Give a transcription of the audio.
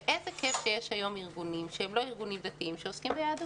ואיזה כייף שיש היום ארגונים שהם לא ארגונים דתיים שעוסקים ביהדות.